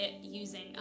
using